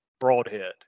Broadhead